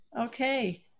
okay